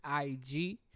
IG